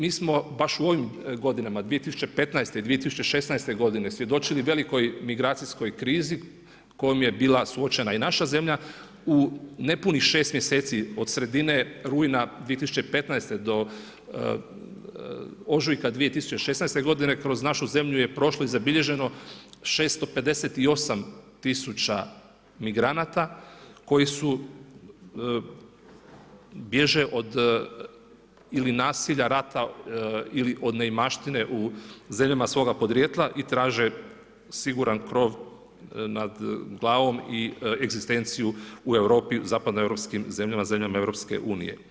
Mi smo baš u ovim godinama 2015. i 2016. g. svjedočili velikoj migracijskoj krizi kojom je bila suočena i naša zemlja, u nepunih 6 mjeseci od sredine rujna 2015. do ožujka 2016. g. kroz našu zemlju je prošlo i zabilježeno 658000 migranata koji su biježe od ili nasilja rata ili od neimaštine zemljama svoga porijekla i traže siguran krov nad glavom i egzistenciju u Europi, zapadnoeuropskim zemljama, zemljama EU.